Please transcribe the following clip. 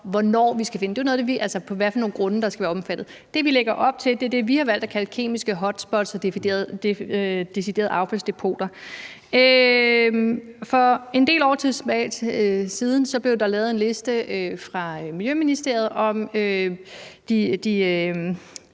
være omfattet. Det, vi lægger op til, er det, vi har valgt at kalde kemiske hotspot og deciderede affaldsdepoter. For en del år siden blev der lavet en liste fra Miljøministeriet over de